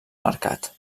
mercat